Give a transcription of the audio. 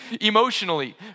emotionally